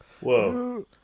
Whoa